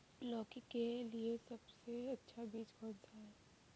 लौकी के लिए सबसे अच्छा बीज कौन सा है?